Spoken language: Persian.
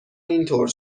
اینطور